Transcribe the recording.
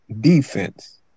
defense